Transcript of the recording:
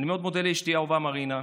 אני מאוד מודה לאשתי האהובה מרינה,